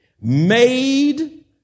made